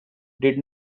did